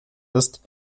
ist